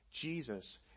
Jesus